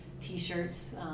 t-shirts